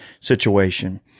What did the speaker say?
situation